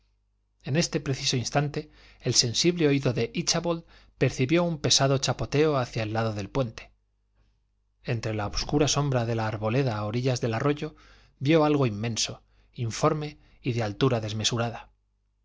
en este preciso instante el sensible oído de íchabod percibió un pesado chapoteo hacia el lado del puente entre la obscura sombra de la arboleda a orillas del arroyo vió algo inmenso informe y de altura desmesurada